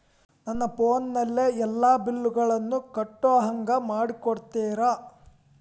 ನನ್ನ ಫೋನಿನಲ್ಲೇ ಎಲ್ಲಾ ಬಿಲ್ಲುಗಳನ್ನೂ ಕಟ್ಟೋ ಹಂಗ ಮಾಡಿಕೊಡ್ತೇರಾ?